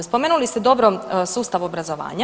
Spomenuli ste dobro sustav obrazovanja.